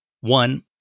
One